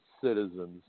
citizens